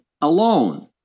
alone